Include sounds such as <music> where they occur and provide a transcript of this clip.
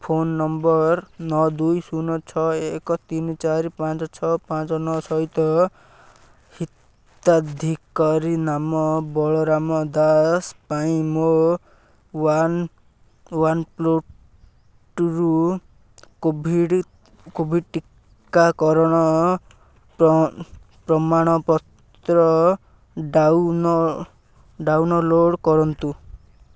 phone number ନଅ ଦୁଇ ଶୁନ ଛଅ ଏକ ତିନି ଚାରି ପାଞ୍ଚ ଛଅ ପାଞ୍ଚ ନଅ ସହିତ ହିତାଧିକାରୀ ନାମ ବଳରାମ ଦାସ୍ ପାଇଁ <unintelligible> ପୋର୍ଟରୁ କୋଭିଡ଼୍ ଟିକାକରଣ ପ୍ରମାଣପତ୍ର ଡାଉନଲୋଡ଼୍ କରନ୍ତୁ